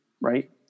right